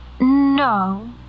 No